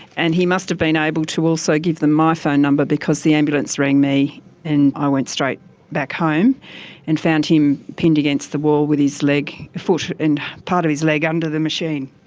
and he must've been able to also give them my phone number because the ambulance rang me and i went straight back home and found him pinned against the wall with his leg, foot and part of his leg under the machine.